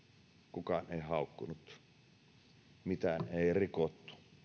kukaan ei haukkunut mitään ei rikottu